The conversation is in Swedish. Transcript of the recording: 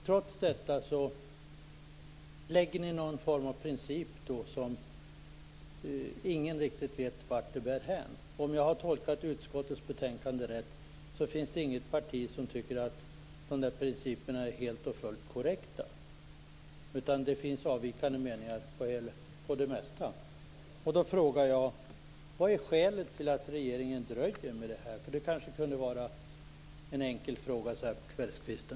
Trots detta lägger ni nu fram någon form av princip som ingen riktigt vet vart den bär hän. Om jag har tolkat utskottets betänkande rätt finns det inget parti som tycker att de där principerna är helt och fullt korrekta, utan det finns avvikande meningar i fråga om det mesta. Då frågar jag: Vad är skälet till att regeringen dröjer med det här? Det kan kanske vara en enkel fråga, så här på kvällskvisten.